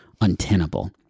untenable